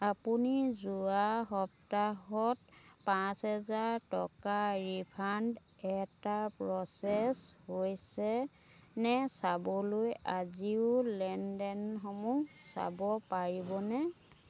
আপুনি যোৱা সপ্তাহত পাঁচ হাজাৰ টকাৰ ৰিফাণ্ড এটা প্ৰ'চেছ হৈছে নে চাবলৈ আজিও লেনদেনসমূহ চাব পাৰিবনে